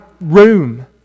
room